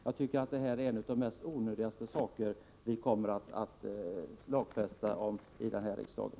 Jag tycker att det här är en av de mest onödiga saker vi kommer att lagstifta om i den här riksdagen.